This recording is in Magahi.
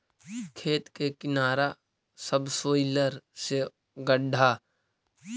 खेत के किनारा सबसॉइलर से गड्ढा करे से नालि में खेत के अतिरिक्त पानी संचित कइल जा सकऽ हई